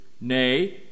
Nay